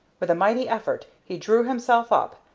with a mighty effort he drew himself up,